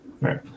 Right